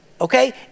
Okay